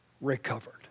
recovered